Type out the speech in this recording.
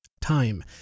time